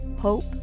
Hope